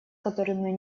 которыми